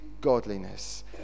godliness